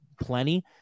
plenty